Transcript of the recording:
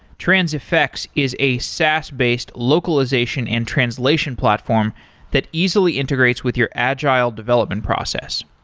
transifex is a saas based localization and translation platform that easily integrates with your agile development process.